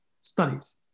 studies